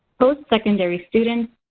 post-secondary students,